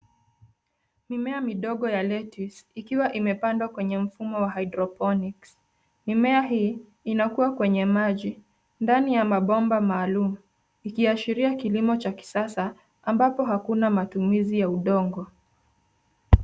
Mimea midogo ya lettuce ikiwa imepandwa kwenye mfumo wa Hydroponics mimea hii inakuwa kwenye maji ndani ya mabomba maalum ikiashiria kilimo cha kisasa ambapo hakuna matumizi ya udongo.